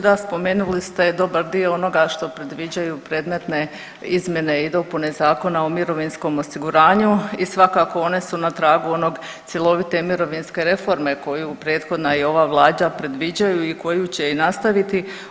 Da, spomenuli ste dobar dio onoga što predviđaju predmetne izmjene i dopune Zakona o mirovinskom osiguranju i svakako one su na tragu one cjelovite mirovinske reforme koju prethodna i ova Vlada predviđaju i koju će i nastaviti.